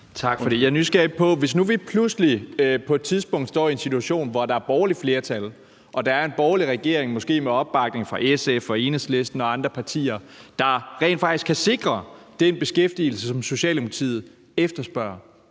Tak for det. Lad os sige, at vi nu pludselig på et tidspunkt står i en situation, hvor der er borgerligt flertal og en borgerlig regering, som, måske med opbakning fra SF og Enhedslisten og andre partier, rent faktisk kan sikre den beskæftigelse, som Socialdemokratiet efterspørger,